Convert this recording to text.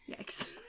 Yikes